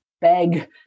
beg